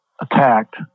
attacked